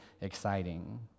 exciting